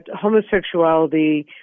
homosexuality